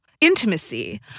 intimacy